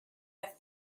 have